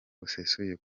busesuye